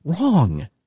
wrong